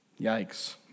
Yikes